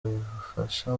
bifasha